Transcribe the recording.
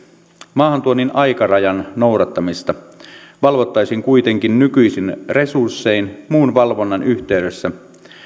maahantuonnin aikarajan noudattamista valvottaisiin kuitenkin nykyisin resurssein muun valvonnan yhteydessä